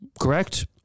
correct